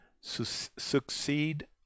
succeed